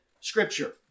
scripture